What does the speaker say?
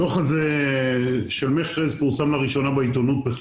הדוח הזה פורסם לראשונה בעיתונות.